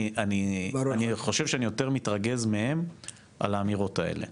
אני חושב שאני יותר מתרגז מהם על האמירות האלה.